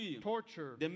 torture